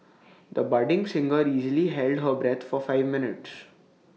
the budding singer easily held her breath for five minutes